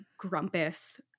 grumpus